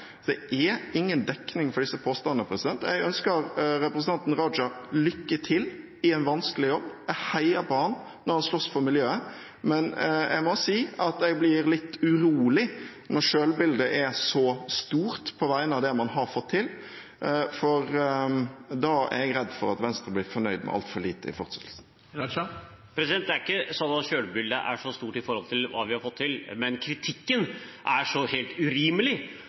Det er ingen dekning for disse påstandene. Jeg ønsker representanten Raja lykke til i en vanskelig jobb, jeg heier på ham når han slåss for miljøet. Men jeg må si at jeg blir litt urolig når selvbildet er så stort på vegne av det man har fått til, for da er jeg redd for at Venstre blir fornøyd med altfor lite i fortsettelsen. Det er ikke slik at selvbildet er så stort i forhold til hva vi har fått til, men kritikken er helt urimelig.